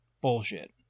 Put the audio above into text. bullshit